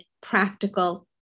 practical